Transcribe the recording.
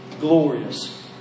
glorious